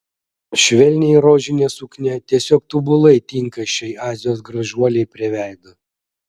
švelniai rožinė suknia tiesiog tobulai tinka šiai azijos gražuolei prie veido